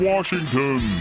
Washington